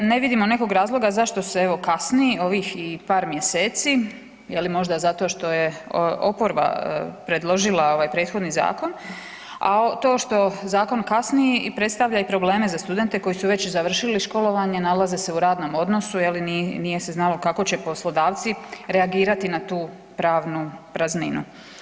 Ne vidimo nekog razloga zašto se evo kasni ovih i par mjeseci, je li možda zato što je oporba predložila ovaj prethodni zakona, a to što zakon kasni predstavlja i probleme za studente koji su već i završili školovanje, nalaze se u radnom odnosu, je li, nije se znalo kako će poslodavci reagirati na tu pravnu prazninu.